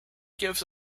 gives